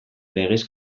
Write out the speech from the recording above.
legez